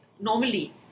normally